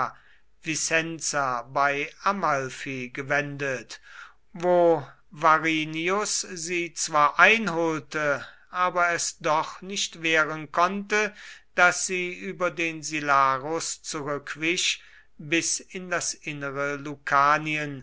vicenza bei amalfi gewendet wo varinius sie zwar einholte aber es doch nicht wehren konnte daß sie über den silarus zurückwich bis in das innere